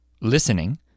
listening